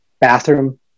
bathroom